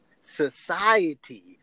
Society